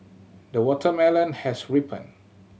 the watermelon has ripened